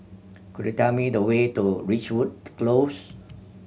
could you tell me the way to Ridgewood Close